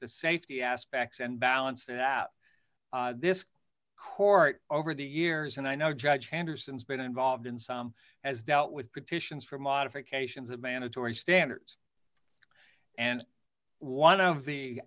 the safety aspects and balance that out this court over the years and i know judge henderson has been involved in some has dealt with petitions for modifications of mandatory standards and one of the